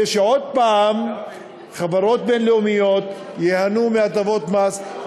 שעוד פעם חברות בין-לאומיות ייהנו מהטבות מס.